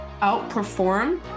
outperform